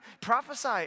prophesy